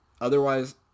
Otherwise